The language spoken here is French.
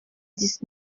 dix